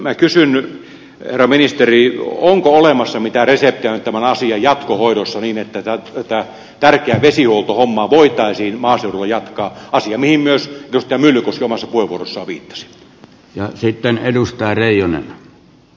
minä kysyn herra ministeri onko olemassa mitään reseptiä nyt tämän asian jatkohoidossa niin että tätä tärkeää vesihuoltohommaa voitaisiin maaseudulla jatkaa asia mihin myös edustaja myllykoski omassa puheenvuorossaan viittasi